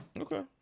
Okay